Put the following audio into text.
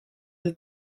elle